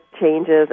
changes